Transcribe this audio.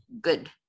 Good